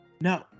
No